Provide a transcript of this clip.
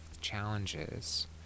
challenges